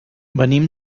venim